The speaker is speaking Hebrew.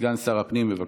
סגן שר הפנים, בבקשה.